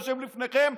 יושב לפניכם,